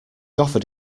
offered